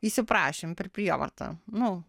įsiprašėm per prievartą nu